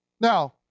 Now